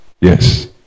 yes